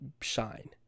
shine